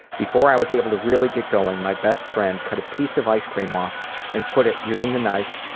before i was able to really get going, my best friend cut a piece of ice cream off and put it, using the knife,